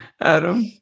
Adam